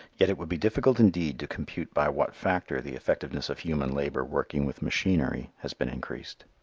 yet it would be difficult indeed to compute by what factor the effectiveness of human labor working with machinery has been increased.